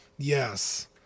Yes